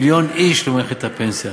העברנו את קופות הגמל,